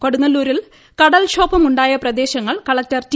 കൊടുങ്ങല്ലൂരിൽ കടൽക്ഷോഭമുണ്ടായ പ്രദേശങ്ങൾ കളക്ടർ ടി